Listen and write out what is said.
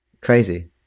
Crazy